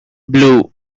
blue